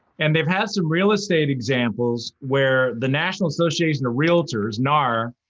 and they've had some real estate examples where the national association of realtors, nar,